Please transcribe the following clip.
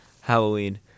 Halloween